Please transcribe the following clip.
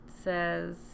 says